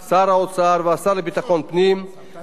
למעלה ממיליארד שקלים למערך הכבאות,